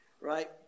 Right